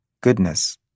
goodness